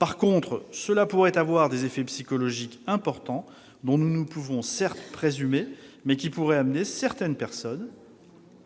revanche, cela pourrait avoir des effets psychologiques importants, dont nous ne pouvons présumer, mais qui risquent d'amener certaines personnes